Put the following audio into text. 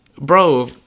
bro